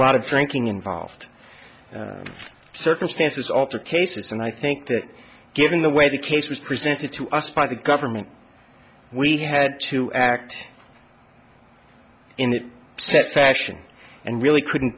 lot of franking involved circumstances alter cases and i think that given the way the case was presented to us by the government we had to act in a set fashion and really couldn't